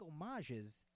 homages